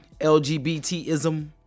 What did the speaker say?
LGBTism